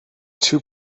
two